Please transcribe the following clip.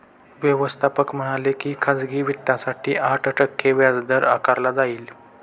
व्यवस्थापक म्हणाले की खाजगी वित्तासाठी आठ टक्के व्याजदर आकारला जाईल